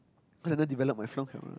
let them develop my front camera